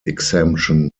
exemption